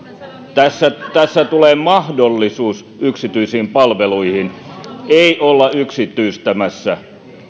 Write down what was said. tässä tässä tulee mahdollisuus yksityisiin palveluihin ei olla yksityistämässä